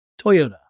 Toyota